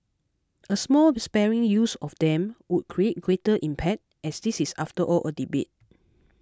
a small respiring use of them would create greater impact as this is after all a debate